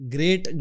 Great